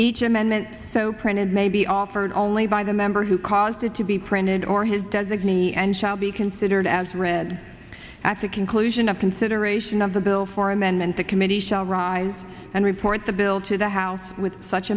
each amendment so printed may be offered only by the member who caused it to be printed or his designee and shall be considered as read after conclusion of consideration of the bill for amendment the committee shall rise and report the bill to the house with such